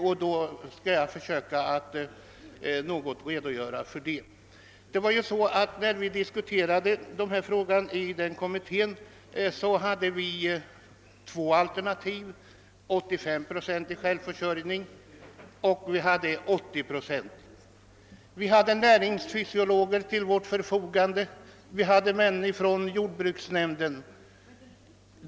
Jag skall försöka att i korta drag redogöra för detta. När vi diskuterade dessa frågor i den tillsatta kommittén så hade vi två alternativ: 85-procentig eller 80-procentig självförsörjning. Vi hade näringsfysiologer och medlemmar av jordbruksnämnden till vårt förfogande.